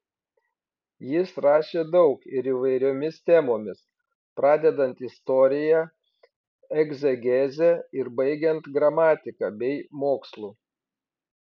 jis rašė daug ir įvairiomis temomis pradedant istorija egzegeze ir baigiant gramatika bei mokslu